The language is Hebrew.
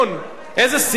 איזה סגנון.